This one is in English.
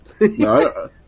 No